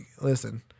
listen